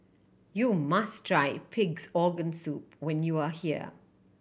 you must try Pig's Organ Soup when you are here